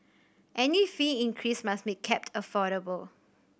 any fee increase must be kept affordable